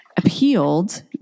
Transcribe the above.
appealed